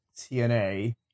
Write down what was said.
TNA